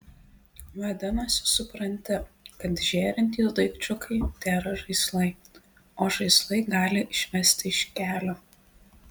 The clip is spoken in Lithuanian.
vadinasi supranti kad žėrintys daikčiukai tėra žaislai o žaislai gali išvesti iš kelio